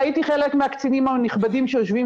ראיתי חלק מהקצינים הנכבדים שיושבים